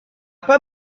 pas